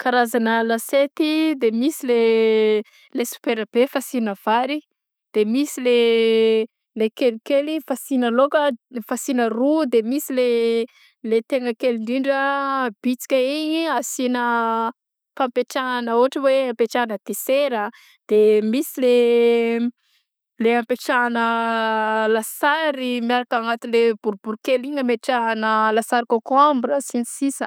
Karazana lasiety de misy le le sopera be fasigna vary de misy le kelikely fasigna laoka fasigne loaka fasigna ro de misy le tegna kely indrindra bitsika igny asina fampetrahagna ôhatra hoe ampetrahagna desera de misy le le ampetrahagna lasary miaraka agnatin'le boribory kely igny ametrahagna lasary kôkômbra sy ny sisa.